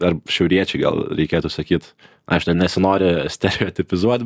ar šiauriečiai gal reikėtų sakyt aš ne nesinori stereotipizuot